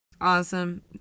awesome